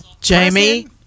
jamie